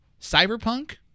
Cyberpunk